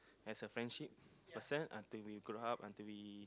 as a friendship person until we grow up until we